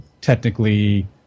technically